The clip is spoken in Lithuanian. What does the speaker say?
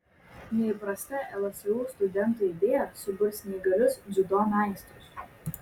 neįprasta lsu studentų idėja suburs neįgalius dziudo meistrus